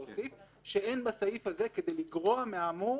להוסיף שאין בסעיף הזה כדי לגרוע מהאמור